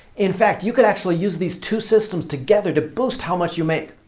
in fact, you could actually use these two systems together to boost how much you make.